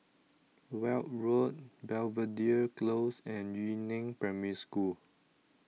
Weld Road Belvedere Close and Yu Neng Primary School